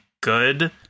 good